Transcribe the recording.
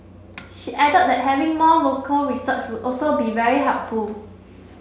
she added that having more local research would also be very helpful